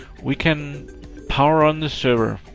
we can power on the server.